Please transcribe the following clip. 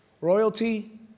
royalty